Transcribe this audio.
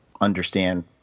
understand